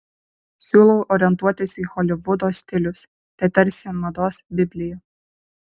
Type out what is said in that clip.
siūlau orientuotis į holivudo stilius tai tarsi mados biblija